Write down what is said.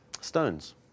Stones